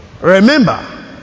remember